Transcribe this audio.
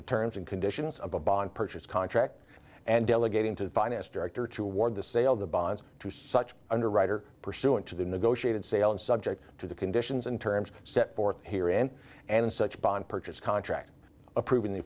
the terms and conditions of a bond purchase contract and delegating to the finance director to award the sale of the bonds to such underwriter pursuant to the negotiated sale and subject to the conditions and terms set forth here in and such bond purchase contract approving the